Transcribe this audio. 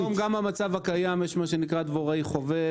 היום גם במצב הקיים יש מה שנקרא דבוראי חובב.